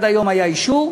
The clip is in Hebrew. עד היום היה אישור,